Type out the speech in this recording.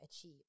achieve